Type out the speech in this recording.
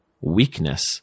weakness